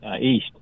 East